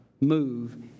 move